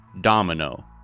domino